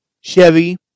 Chevy